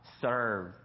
serve